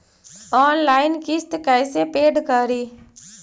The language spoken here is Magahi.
ऑनलाइन किस्त कैसे पेड करि?